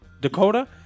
Dakota